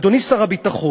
אדוני שר הביטחון,